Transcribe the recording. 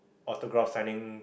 autograph signing